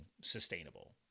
sustainable